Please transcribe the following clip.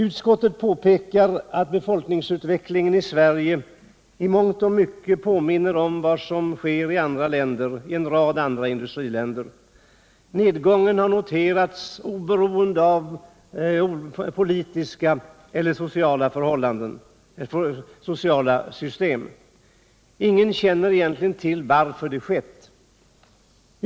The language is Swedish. Utskottet påpekar att befolkningsutvecklingen i Sverige i mångt och mycket påminner om vad som sker i en rad andra industriländer. Nedgången har noterats oberoende av olikheter i politiska och sociala system. Ingen känner egentligen till varför den skett.